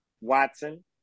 Watson